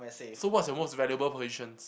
so what's your most valuable possession